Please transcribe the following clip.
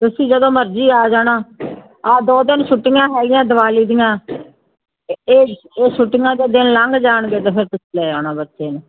ਤੁਸੀਂ ਜਦੋਂ ਮਰਜ਼ੀ ਆ ਜਾਣਾ ਆਹ ਦੋ ਦਿਨ ਛੁੱਟੀਆਂ ਹੈਗੀਆਂ ਦੀਵਾਲੀ ਦੀਆਂ ਇਹ ਇਹ ਛੁੱਟੀਆਂ ਦੇ ਦਿਨ ਲੰਘ ਜਾਣਗੇ ਤਾਂ ਫਿਰ ਤੁਸੀਂ ਲੈ ਆਉਣਾ ਬੱਚੇ ਨੂੰ